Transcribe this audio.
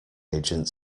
agent